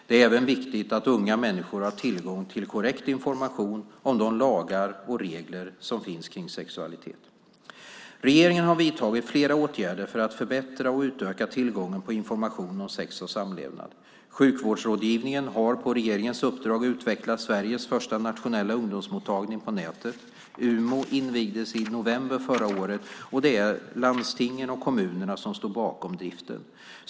Det är även viktigt att unga människor har tillgång till korrekt information om de lagar och regler som finns kring sexualitet. Regeringen har vidtagit flera åtgärder för att förbättra och utöka tillgången på information om sex och samlevnad. Sjukvårdsrådgivningen har på regeringens uppdrag utvecklat Sveriges första nationella ungdomsmottagning på nätet. UMO invigdes i november förra året, och det är landstingen och kommunerna som står bakom driften.